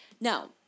Now